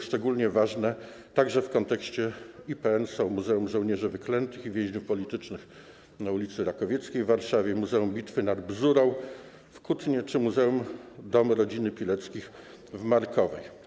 Szczególnie ważne także w kontekście IPN są Muzeum Żołnierzy Wyklętych i Więźniów Politycznych PRL na ul. Rakowieckiej w Warszawie, Muzeum Bitwy nad Bzurą w Kutnie czy Muzeum - Dom Rodziny Pileckich w Markowej.